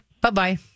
Bye-bye